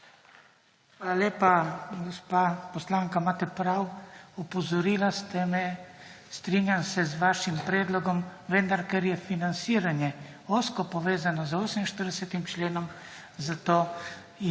Hvala lepa. Gospa poslanka, imate prav. Opozorila ste me, strinjam se z vašim predlogom, vendar, ker je financiranje ozko povezano z 48. člen, zato